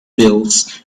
bills